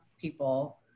people